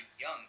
young